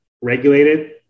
regulated